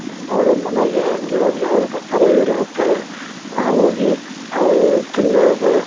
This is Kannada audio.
ಅವ್ರವ್ರ ಮನೆಗೆ ಎಲ್ಲರು ಹೋಗಿ ಅವರು ಬರ್ತಾರೆ ಇವರು ಹೋಗ್ತಾರೆ ಹೋಗಿ ಅವರು ತಿಂದು ಬ